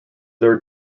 their